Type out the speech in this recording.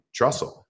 Trussell